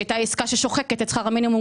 שהייתה עסקה ששוחקת את שכר המינימום,